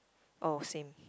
oh same